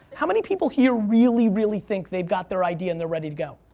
how many people here really, really think they've got their idea and they're ready to go?